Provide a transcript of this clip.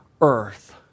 earth